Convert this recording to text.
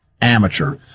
amateur